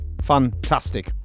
fantastic